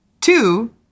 two